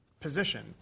position